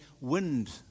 wind